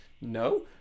No